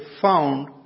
found